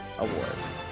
awards